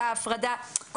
בהפרדה, סליחה.